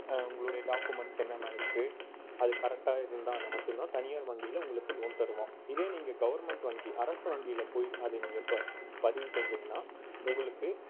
உங்களுடைய டாக்குமெண்ட்ஸ் என்னனென்னா இருக்கு அது கரெக்டாக இருந்தால் மட்டும் தான் தனியார் வங்கியில் உங்களுக்கு லோன் தருவான் இதே நீங்கள் கவெர்ன்மெண்ட் வங்கி அரசு வங்கியில போய் அது நீங்கள் போய் ப பதிவு செஞ்சீங்கன்னா உங்களுக்கு